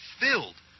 filled